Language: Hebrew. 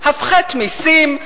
הפחת מסים,